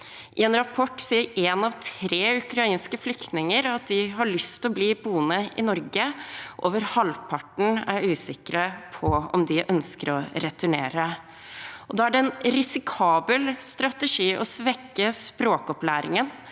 I en rapport sier en av tre ukrainske flyktninger at de har lyst til å bli boende i Norge. Over halvparten er usikre på om de ønsker å returnere. Da er det en risikabel strategi å svekke språkopplæringen,